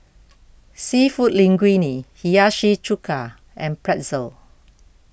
Seafood Linguine Hiyashi Chuka and Pretzel